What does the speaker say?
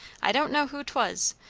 i don't know who twas,